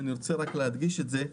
ואני רק רוצה להדגיש את זה,